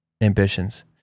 ambitions